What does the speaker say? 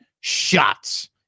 Shots